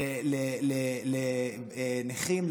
לנכים,